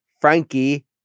Frankie